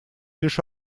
лишь